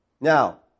Now